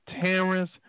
Terrence